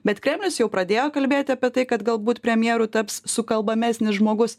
bet kremlius jau pradėjo kalbėti apie tai kad galbūt premjeru taps sukalbamesnis žmogus